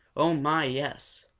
oh, my, yes!